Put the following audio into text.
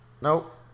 Nope